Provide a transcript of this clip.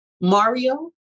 Mario